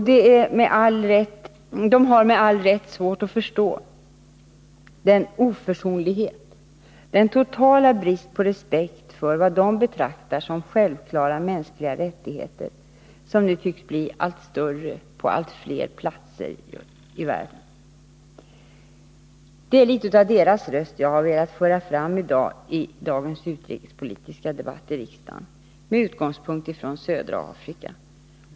De har med all rätt svårt att förstå den oförsonlighet, den totala brist på respekt för vad de betraktar som självklara mänskliga rättigheter som nu tycks bli allt större på allt fler platser i världen. Det är litet av deras röst som jag har velat föra fram i dagens utrikespolitiska debatt i riksdagen — med utgångspunkt i södra Afrika.